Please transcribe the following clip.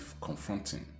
confronting